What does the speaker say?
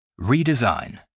redesign